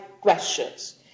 questions